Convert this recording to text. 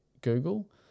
google